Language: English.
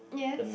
yes